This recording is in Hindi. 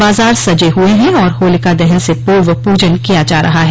बाजार सजे हुए हैं और होलिका दहन से पूर्व पूजन किया जा रहा है